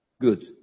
Good